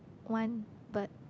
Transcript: one bird